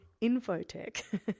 Infotech